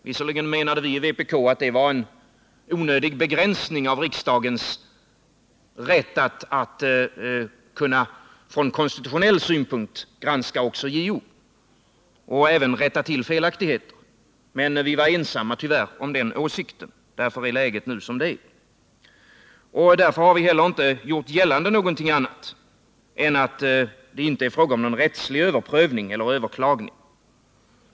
Visserligen menade vi i vpk att det var en onödig begränsning av riksdagens rätt att kunna från konstitutionell synpunkt granska också JO:s ämbetsutövning och rätta till felaktigheter, men vi var tyvärr ensamma om den åsikten. Därför är läget nu som det är. Därför har vi heller inte gjort gällande att det är fråga om någon rättslig överprövning eller överklagning.